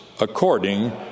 according